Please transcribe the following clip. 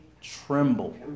tremble